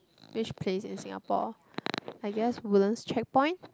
which place in Singapore I guess Woodlands check point